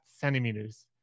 centimeters